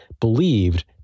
believed